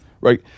Right